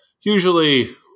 usually